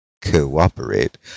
cooperate